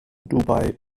dubai